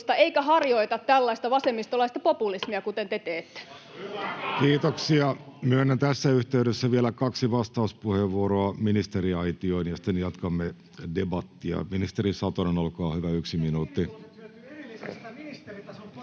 Orpon hallituksen ohjelma 20.6.2023 Time: 12:49 Content: Kiitoksia. — Myönnän tässä yhteydessä vielä kaksi vastauspuheenvuoroa ministeriaitioon, ja sitten jatkamme debattia. — Ministeri Satonen, olkaa hyvä, yksi minuutti.